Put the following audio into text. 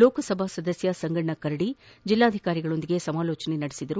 ಲೋಕಸಭಾ ಸದಸ್ಯ ಸಂಗಣ್ಣ ಕರಡಿ ಜಿಲ್ಲಾಧಿಕಾರಿಗಳೊಂದಿಗೆ ಸಮಾಲೋಚನೆ ನಡೆಸಿದರು